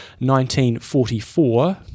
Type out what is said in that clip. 1944